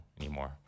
anymore